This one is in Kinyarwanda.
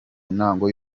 ntango